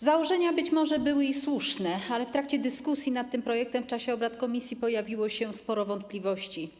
Założenia być może były i słuszne, ale w trakcie dyskusji nad tym projektem w czasie obrad komisji pojawiło się sporo wątpliwości.